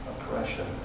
oppression